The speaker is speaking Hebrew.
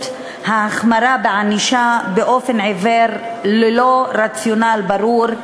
ההחמרה בענישה באופן עיוור ללא רציונל ברור,